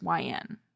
YN